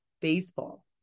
baseball